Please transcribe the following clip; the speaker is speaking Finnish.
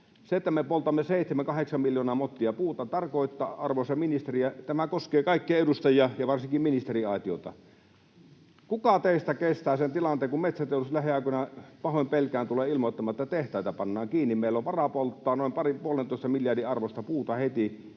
Se, että me poltamme 7—8 miljoonaa mottia puuta, tarkoittaa, arvoisa ministeri... Tämä koskee kaikkia edustajia ja varsinkin ministeriaitiota: kuka teistä kestää sen tilanteen, kun metsäteollisuus lähiaikoina, pahoin pelkään, tulee ilmoittamaan, että tehtaita pannaan kiinni? Meillä on varaa polttaa noin puolentoista miljardin arvosta puuta heti